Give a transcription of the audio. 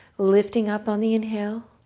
lifting up on the inhale.